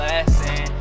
lesson